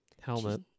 Helmet